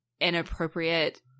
inappropriate